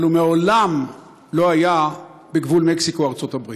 אבל הוא מעולם לא היה בגבול מקסיקו ארצות-הברית.